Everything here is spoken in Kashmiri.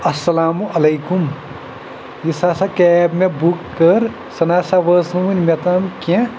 اَسَلامُ علیکُم یُس ہَسا کیب مےٚ بُک کٔر سُہ نہ ہسا وٲژ نہٕ وٕنہِ مےٚ تام کینٛہہ